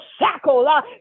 shackle